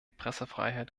pressefreiheit